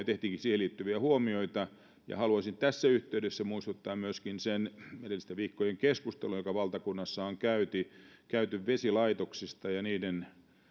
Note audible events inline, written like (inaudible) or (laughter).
(unintelligible) tehtiinkin siihen liittyviä huomioita ja haluaisin tässä yhteydessä muistuttaa myöskin siitä edellisten viikkojen keskustelusta jota valtakunnassa on käyty käyty vesilaitoksista ja niiden